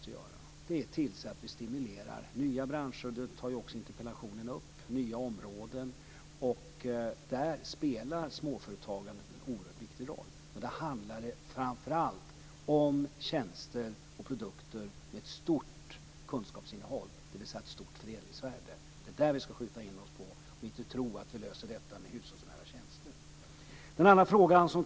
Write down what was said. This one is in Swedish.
Vi måste se till att stimulera nya branscher och områden. Interpellationen tar upp denna fråga. Där spelar småföretagandet en oerhört viktig roll. Det handlar framför allt om tjänster och produkter med ett stort kunskapsinnehåll, dvs. ett stort förädlingsvärde. Det är det vi ska skjuta in oss på, i stället för att tro att vi löser dessa problem med hjälp av hushållsnära tjänster.